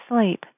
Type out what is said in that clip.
sleep